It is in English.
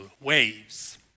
waves